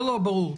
ברור.